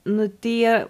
nu tai jie